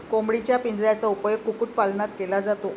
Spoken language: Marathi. कोंबडीच्या पिंजऱ्याचा उपयोग कुक्कुटपालनात केला जातो